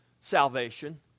salvation